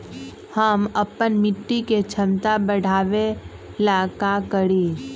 हम अपना मिट्टी के झमता बढ़ाबे ला का करी?